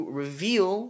reveal